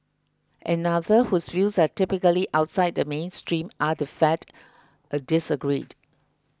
another whose views are typically outside the mainstream are the Fed disagreed